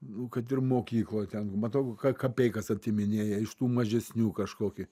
nu kad ir mokykloj ten matau ka kapeikas atiminėja iš tų mažesnių kažkoki